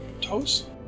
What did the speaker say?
toes